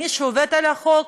מי שעובד על החוק,